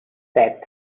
set